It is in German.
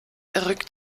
rückt